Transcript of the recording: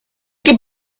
que